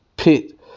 pit